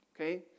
okay